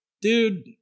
Dude